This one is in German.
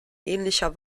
ähnlicher